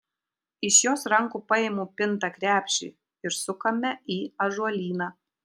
iš jos rankų paimu pintą krepšį ir sukame į ąžuolyną